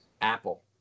Apple